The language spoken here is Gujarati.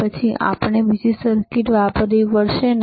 પછી આપણે બીજી સર્કિટ વાપરવી પડશે ને